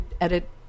edit